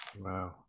Wow